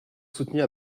soutenir